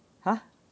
!huh!